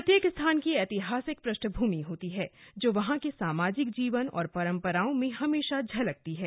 प्रत्येक स्थान की ऐतिहासिक पृष्ठभूमि होती है जो वहां के सामाजिक जीवन और परंपराओं में हमेशा झलकती है